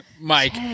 mike